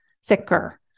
sicker